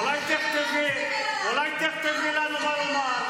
אולי תכתבי לנו מה לומר.